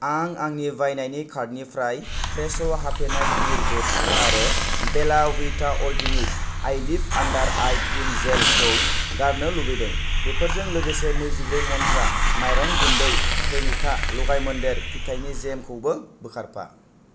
आं आंनि बायनायनि कार्टनिफ्राय फ्रेश' हाफ्लेनाय गिदिर गरसि आरो Bella Vita organic eyelift under eye cream gel खौ गारनो लुबैदों बेफोरजों लोगोसे नैजिब्नै मन्त्रा माइरं गुन्दै क्रेमिका लगायमोन्देर फिथाइनि जेम खौबो बोखारफा